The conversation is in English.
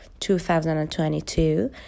2022